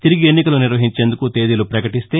తిరిగి ఎన్నికలు నిర్వహించేందుకు తేదీలు ప్రకటిస్తే